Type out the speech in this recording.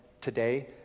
today